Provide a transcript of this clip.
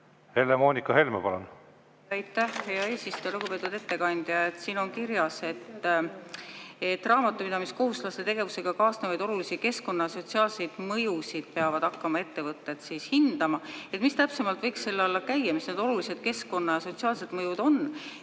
Helle-Moonika Helme, palun!